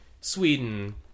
Sweden